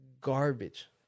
garbage